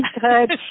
good